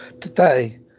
Today